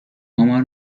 آمار